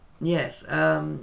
Yes